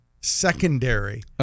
secondary